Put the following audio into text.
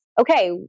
okay